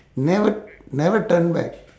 never never turn back